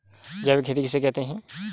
जैविक खेती किसे कहते हैं?